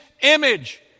image